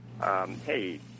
Hey